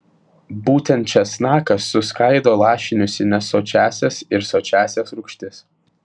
būtent česnakas suskaido lašinius į nesočiąsias ir sočiąsias rūgštis